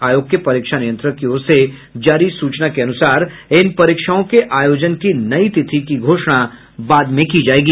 आयोग के परीक्षा नियंत्रक की ओर से जारी सूचना के अनुसार इन परीक्षाओं के आयोजन की नई तिथि की घोषणा बाद में की जाएगी